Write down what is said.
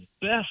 best